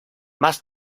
más